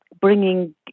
bringing